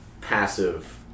passive